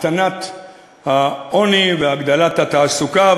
להקטנת העוני והגדלת התעסוקה,